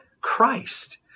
Christ